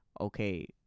okay